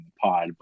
pod